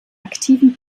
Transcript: aktiven